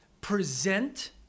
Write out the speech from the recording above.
present